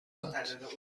اند